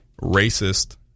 racist